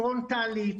פרונטלית,